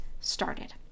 started